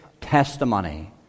testimony